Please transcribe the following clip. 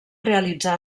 realitzar